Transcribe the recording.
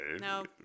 No